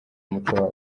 umuco